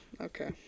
Okay